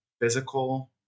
physical